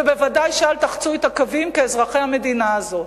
וודאי שאל תחצו את הקווים כאזרחי המדינה הזאת.